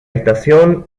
estación